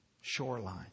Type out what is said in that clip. shoreline